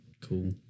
Cool